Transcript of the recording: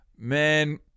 Man